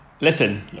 Listen